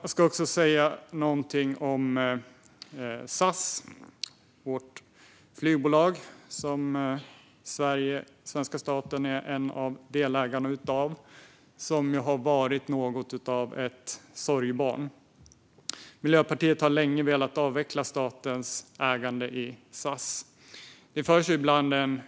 Jag ska också säga någonting om SAS, vårt flygbolag som svenska staten är en av delägarna av och som har varit något av ett sorgebarn. Miljöpartiet har länge velat avveckla statens ägande i SAS. Det förs ibland en